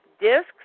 Discs